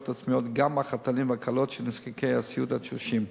עצמיות גם מהחתנים והכלות של נזקקי הסיעוד התשושים.